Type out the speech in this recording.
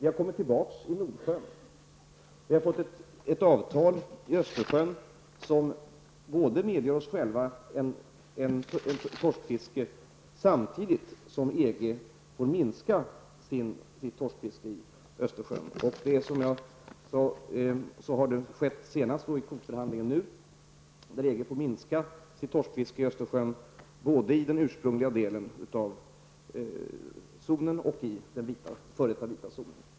Vi har kommit tillbaka i Nordsjön och fått ett avtal om Östersjön som medger oss själva ett torskfiske, samtidigt som länderna inom EG får minska sitt torskfiske i Den senaste kvotförhandlingen innebär att EG får minska sitt torskfiske både i Östersjön den ursprungliga delen av zonen och i den f.d. vita zonen.